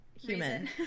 human